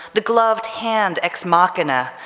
the gloved hand ex machina,